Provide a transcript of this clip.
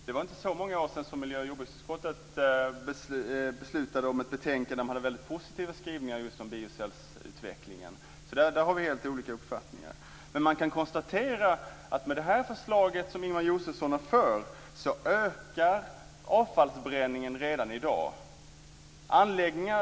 Fru talman! Det var inte så många år sedan miljöoch jordbruksutskottet avlämnade ett betänkande med positiva skrivningar om biocellsutvecklingen. Där har vi helt olika uppfattningar. Med det förslag som Ingemar Josefsson är för ökar avfallsförbränningen redan i dag.